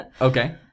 Okay